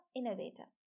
innovator